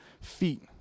feet